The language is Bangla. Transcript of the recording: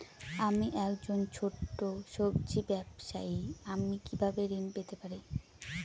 আমি একজন ছোট সব্জি ব্যবসায়ী আমি কিভাবে ঋণ পেতে পারি?